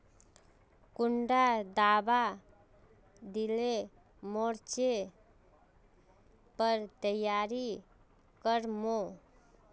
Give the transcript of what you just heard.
कुंडा दाबा दिले मोर्चे पर तैयारी कर मो?